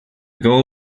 girl